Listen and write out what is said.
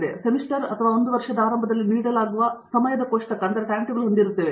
ಆದ್ದರಿಂದ ಸೆಮಿಸ್ಟರ್ ಅಥವಾ ಒಂದು ವರ್ಷದ ಆರಂಭದಲ್ಲಿ ನೀಡಲಾಗುವ ಸಮಯದ ಕೋಷ್ಟಕವನ್ನು ನಾವು ಹೊಂದಿದ್ದೇವೆ